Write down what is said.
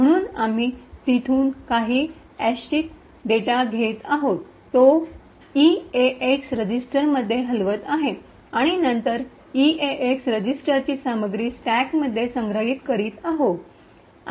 म्हणून आम्ही तिथून काही यादृच्छिक रैन्डम् random डेटा घेत आहोत तो इएएक्स रजिस्टरमध्ये हलवत आहे आणि नंतर ईएएक्स रजिस्टरची सामग्री स्टॅकमध्ये संग्रहित करीत आहे